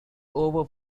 over